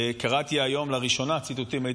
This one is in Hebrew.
קראתי היום לראשונה ציטוטים שלא